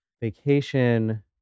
vacation